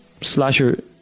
Slasher